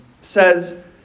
says